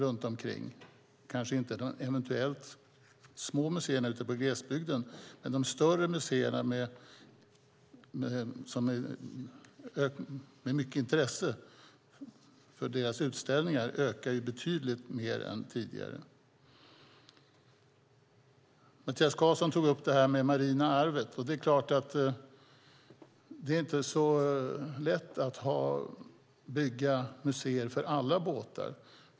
Det gäller kanske inte de små museerna ute i glesbygden, men för de större museerna där det finns stort intresse för deras utställningar ökar besöken betydligt mer än tidigare. Mattias Karlsson tog upp frågan om det marina arvet. Det är inte så lätt att bygga museer för alla båtar.